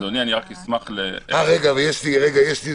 אבל לפני זה, יש לנו